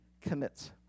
commits